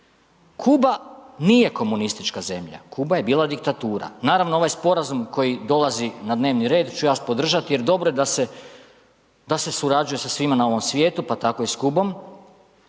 Kuba nije komunistička zemlja, Kuba je bila diktatura. Naravno, ovaj sporazum koji dolazi na dnevni red ću ja podržati jer dobro je da se surađuje sa svima na ovom svijetu, pa tako i s Kubom.